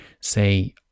say